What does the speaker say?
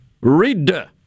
Read